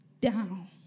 down